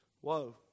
whoa